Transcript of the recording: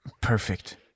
Perfect